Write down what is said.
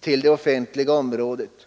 till det offentliga området.